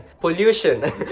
pollution